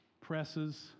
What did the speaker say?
presses